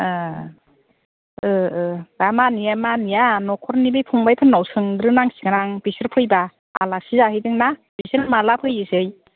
अ अ दा मानियोना मानिया न'खरनि बे फंबाइफोरनाव सोंग्रोंनांसिगोन आं बिसोर फैबा आलासि जाहैदोंना बिसोर माब्ला फैयोसै